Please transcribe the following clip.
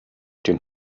den